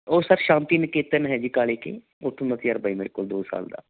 ਉਹ ਸਰ ਸ਼ਾਂਤੀ ਨਿਕੇਤਨ ਹੈ ਜੀ ਕਾਲੀ ਕੇ ਉੱਥੋਂ ਦਾ ਤਜਰਬਾ ਜੀ ਮੇਰੇ ਕੋਲ ਦੋ ਸਾਲ ਦਾ